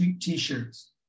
t-shirts